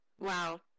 Wow